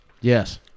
Yes